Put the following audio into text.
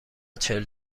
چهل